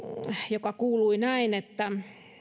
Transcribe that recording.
joka kuului näin